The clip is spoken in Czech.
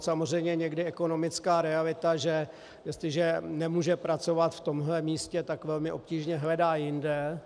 Samozřejmě někdy ekonomická realita, že jestliže nemůže pracovat v tomhle místě, tak velmi obtížně hledá jinde.